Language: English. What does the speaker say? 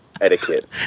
etiquette